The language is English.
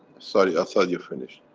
sorry i thought you finished,